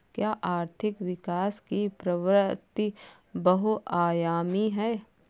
क्या आर्थिक विकास की प्रवृति बहुआयामी है?